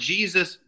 Jesus